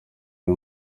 uyu